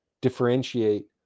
differentiate